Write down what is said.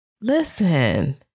listen